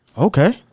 Okay